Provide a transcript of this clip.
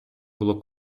було